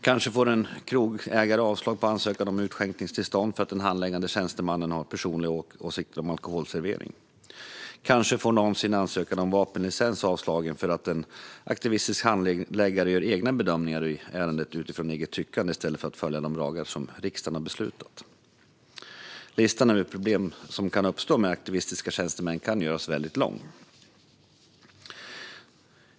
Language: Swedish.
Kanske får en krogägare avslag på en ansökan om utskänkningstillstånd för att den handläggande tjänstemannen har personliga åsikter om alkoholservering. Kanske får någon sin ansökan om vapenlicens avslagen för att en aktivistisk handläggare gör egna bedömningar i ärendet utifrån eget tyckande, i stället för att följa de lagar som riksdagen har beslutat om. Listan över problem som kan uppstå med aktivistiska tjänstemän kan göras väldigt lång.